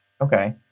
Okay